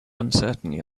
uncertainly